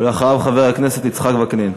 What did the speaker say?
ואחריו, חבר הכנסת יצחק וקנין.